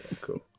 cool